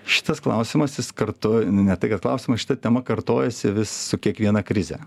šitas klausimas jis kartu ne tai kad klausimas šita tema kartojasi vis su kiekviena krize